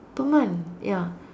per month ya